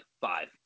five